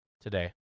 today